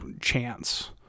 chance